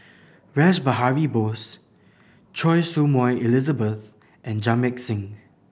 Rash Behari Bose Choy Su Moi Elizabeth and Jamit Singh